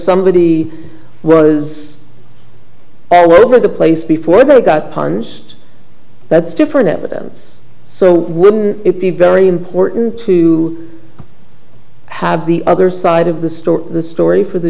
somebody was all over the place before they got partners that's different evidence so wouldn't it be very important to have the other side of the story the story for the